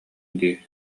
дии